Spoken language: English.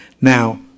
Now